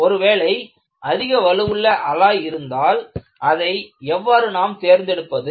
ஒருவேளை அதிக வலுவுள்ள அலாய் இருந்தால் அதை எவ்வாறு நாம் தேர்ந்தெடுப்பது